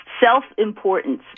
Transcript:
Self-importance